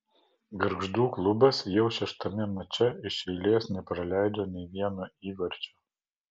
gargždų klubas jau šeštame mače iš eilės nepraleido nei vieno įvarčio